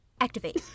activate